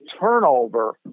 turnover